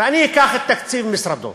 ואני אקח את תקציב משרדו,